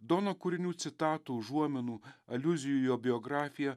dono kūrinių citatų užuominų aliuzijų jo biografija